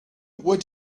were